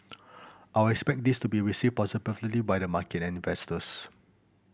I'd expect this to be received by the market and investors